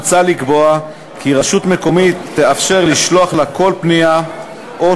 מוצע לקבוע כי רשות מקומית תאפשר לשלוח לה כל פנייה או